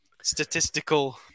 statistical